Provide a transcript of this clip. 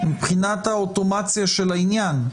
מבחינת האוטומציה של העניין.